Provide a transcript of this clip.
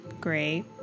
great